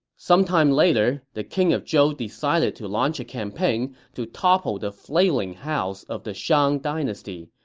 sometime later, the king of zhou decided to launch a campaign to topple the flailing house of the shang dynasty,